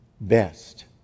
best